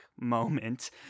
moment